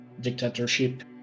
dictatorship